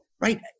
right